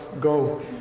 go